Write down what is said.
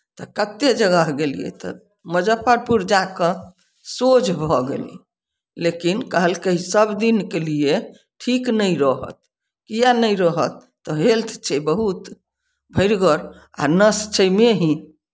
तऽ कतएक जगह गेलियै तऽ मुजफ्फरपुर जा कऽ सोझ भऽ गेलै लेकिन कहलकै सभ दिनके लिए ठीक नहि रहत किए नहि रहत तऽ हेल्थ छै बहुत भरिगर आ नस छै मेही